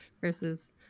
versus